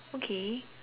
okay